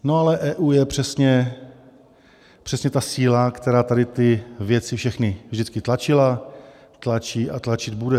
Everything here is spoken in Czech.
No ale EU je přesně ta síla, která tady ty věci všechny vždycky tlačila, tlačí a tlačit bude.